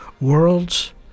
worlds